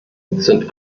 sind